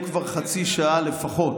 יש סיעור מוחות שמתקיים כבר חצי שעה לפחות.